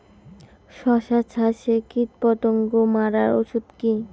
শসা চাষে কীটপতঙ্গ মারার ওষুধ কি?